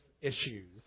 issues